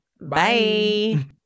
Bye